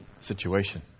situation